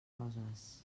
roses